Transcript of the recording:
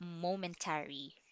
momentary